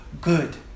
good